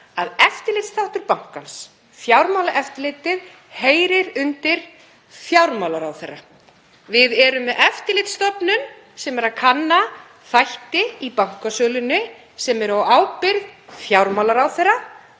að eftirlitsþáttur bankans, Fjármálaeftirlitið, heyrir undir fjármálaráðherra. Við erum með eftirlitsstofnun sem er að kanna þætti í bankasölunni sem er á ábyrgð fjármálaráðherra.